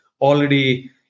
Already